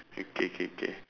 okay K K